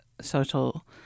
social